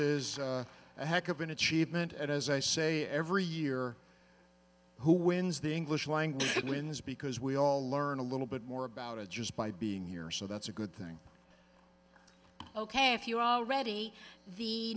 is a heck of an achievement as i say every year who wins the english language and wins because we all learn a little bit more about it just by being here so that's a good thing ok if you already the